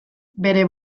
bere